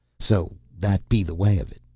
so that be the way of it.